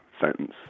sentence